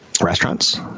restaurants